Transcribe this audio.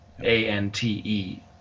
A-N-T-E